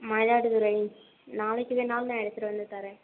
மயிலாடுதுறை நாளைக்கு வேணாலும் நான் எடுத்துகிட்டு வந்து தரேன்